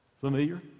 familiar